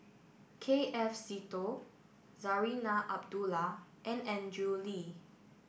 K F Seetoh Zarinah Abdullah and Andrew Lee